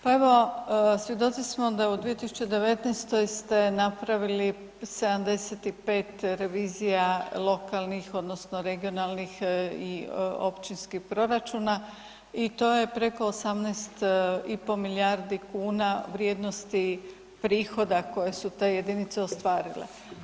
Pa evo, svjedoci smo da u 2019.g. ste napravili 75 revizija lokalnih odnosno regionalnih i općinskih proračuna i to je preko 18,5 milijardi kuna vrijednosti prihoda koje su te jedinice ostvarile.